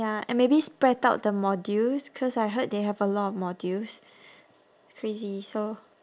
ya and maybe spread out the modules cause I heard they have a lot of modules crazy so